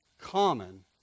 common